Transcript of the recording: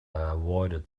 avoided